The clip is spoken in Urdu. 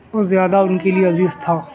بہت زیادہ اُن کے لیے عزیز تھا